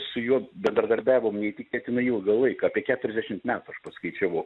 su juo bendradarbiavom neįtikėtinai ilgą laiką apie keturiasdešimt metų aš paskaičiavau